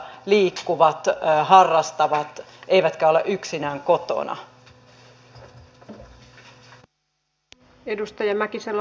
liikkuvat harrastavat eivätkä ole yksinään kotona